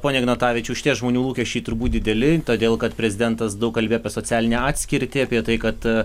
pone ignatavičiau šitie žmonių lūkesčiai turbūt dideli todėl kad prezidentas daug kalbėjo apie socialinę atskirtį apie tai kad